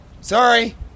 sorry